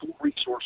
resource